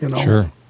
Sure